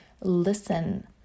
Listen